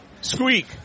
squeak